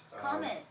comment